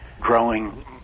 growing